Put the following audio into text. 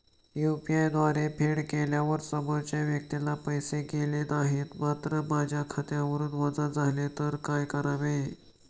UPI द्वारे फेड केल्यावर समोरच्या व्यक्तीला पैसे गेले नाहीत मात्र माझ्या खात्यावरून वजा झाले तर काय करावे?